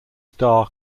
star